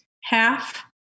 half